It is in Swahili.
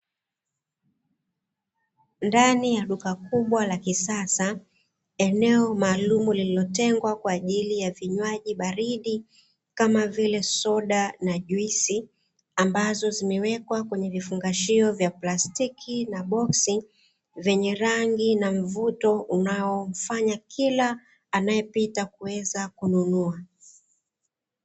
Ndani ya duka kubwa la kisasa, eneo maalumu lililotengwa kwa ajili ya vinywaji baridi kama vile soda na juisi, ambazo zimewekwa kwenye vifungashio vya plastiki na boksi, vyenye rangi na mvuto unaofanya kila anayepita kuweza kununua.